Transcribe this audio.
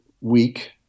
week